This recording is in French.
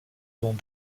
mont